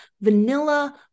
vanilla